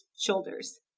shoulders